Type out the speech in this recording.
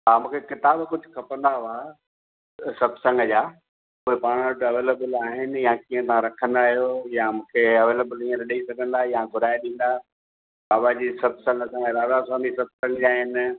हा मूंखे किताब कुझु खपंदा हुआ सत्संग जा त पाण वटि अवेलेबल आहिनि या कीअं तव्हां रखंदा आहियो या मूंखे अवेलेबल हीअंर ॾई सघंदा या घुराए ॾींदा बाबा जी सत्संग असांजा राधा स्वामी सत्संग जा आहिनि